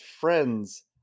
friends